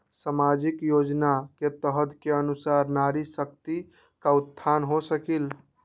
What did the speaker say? सामाजिक योजना के तहत के अनुशार नारी शकति का उत्थान हो सकील?